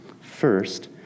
First